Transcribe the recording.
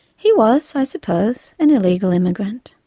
he was, i suppose, an illegal immigrant.